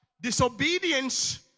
disobedience